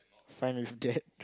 fine with that